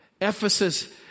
Ephesus